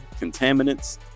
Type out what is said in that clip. contaminants